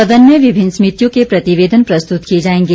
सदन में विभिन्न समितियों के प्रतिवेदन प्रस्तुत किए जाएंगे